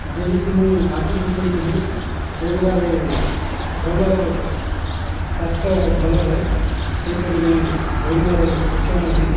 ଯେମିତି ମୁଁ ଆଗରୁ କହିଥିଲି ଦୌଡ଼ିବାରେ ଭଲ ସ୍ୱାସ୍ଥ୍ୟ ଭଲ ରହେ ସେହିପରି ମୁଁ ଦୌଡ଼ିବାରେ ସକ୍ଷମ ବି